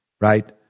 right